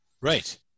Right